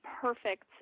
perfect